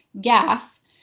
gas